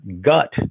gut